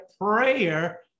prayer